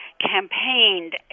campaigned